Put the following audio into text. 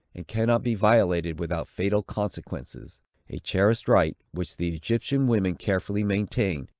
and cannot be violated without fatal consequences a cherished right, which the egyptian women carefully maintain,